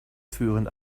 führen